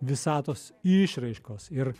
visatos išraiškos ir